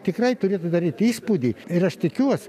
tikrai turėtų daryt įspūdį ir aš tikiuos